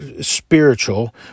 spiritual